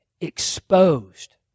exposed